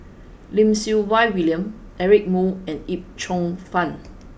Lim Siew Wai William Eric Moo and Yip Cheong Fun